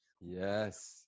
Yes